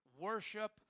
worship